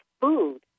food